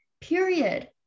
Period